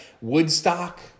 Woodstock